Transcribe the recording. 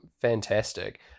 Fantastic